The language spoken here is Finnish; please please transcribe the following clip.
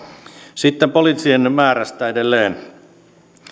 sitten poliisien määrästä edelleen